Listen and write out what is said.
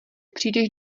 přijdeš